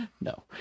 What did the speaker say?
No